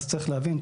צריך להבין,